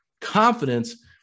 confidence